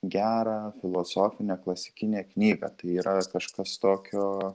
gerą filosofinę klasikinę knygą tai yra kažkas tokio